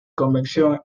convección